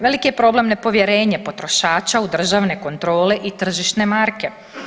Veliki je problem nepovjerenje potrošača u državne kontrole i tržišne marke.